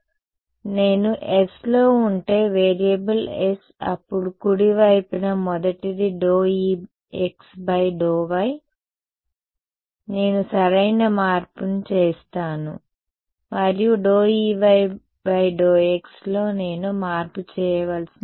కాబట్టి నేను sలో ఉంటే వేరియబుల్ s అప్పుడు కుడి వైపున మొదటిది Exy నేను సరైన మార్పు చేస్తాను మరియు Eyx లో నేను మార్పు చేయవలసిన అవసరం లేదు